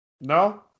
No